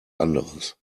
anderes